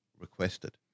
requested